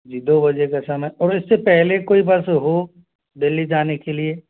जी दो बजे का समय और इससे पहले कोई बस हो दिल्ली जाने के लिए